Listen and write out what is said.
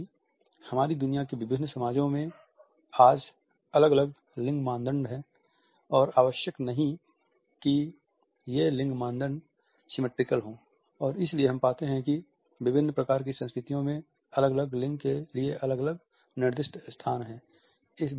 चूंकि हमारी दुनिया के विभिन्न समाजों में आज अलग अलग लिंग मानदंड हैं और आवश्यक नहीं कि ये लिंग मानदंड सिमेट्रिकल हों और इसलिए हम पाते हैं कि विभिन्न प्रकार की संस्कृतियों में अलग अलग लिंग के लिए अलग अलग निर्दिष्ट स्थान हैं